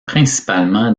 principalement